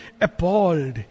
appalled